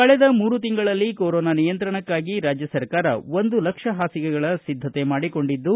ಕಳೆದ ಮೂರು ತಿಂಗಳಲ್ಲಿ ಕೊರೊನಾ ನಿಯಂತ್ರಣಕ್ಕಾಗಿ ರಾಜ್ಯ ಸರ್ಕಾರ ಒಂದು ಲಕ್ಷ ಪಾಸಿಗೆಗಳ ಸಿದ್ದತೆ ಮಾಡಿಕೊಂಡಿದ್ದು